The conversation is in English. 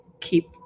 keep